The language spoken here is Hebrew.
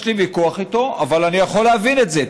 יש לי ויכוח איתו, אבל אני יכול להבין את זה.